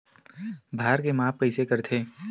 भार के माप कइसे करथे?